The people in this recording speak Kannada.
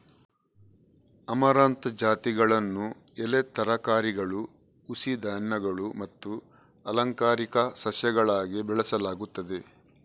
ಅಮರಂಥ್ ಜಾತಿಗಳನ್ನು ಎಲೆ ತರಕಾರಿಗಳು, ಹುಸಿ ಧಾನ್ಯಗಳು ಮತ್ತು ಅಲಂಕಾರಿಕ ಸಸ್ಯಗಳಾಗಿ ಬೆಳೆಸಲಾಗುತ್ತದೆ